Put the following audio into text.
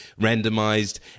randomized